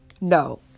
No